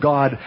God